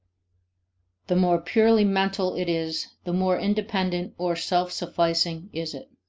the more purely mental it is, the more independent or self-sufficing is it.